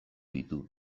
ditu